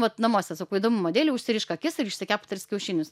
vat namuose sakau įdomumo dėlei užsirišk akis ir išsikepk tris kiaušinius